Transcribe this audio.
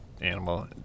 animal